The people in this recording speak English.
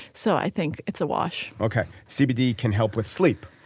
so i think it's a wash ok. cbd can help with sleep.